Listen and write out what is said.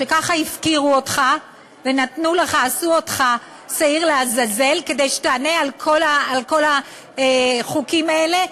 שככה הפקירו אותך ועשו אותך שעיר לעזאזל כדי שתענה על כל החוקים האלה,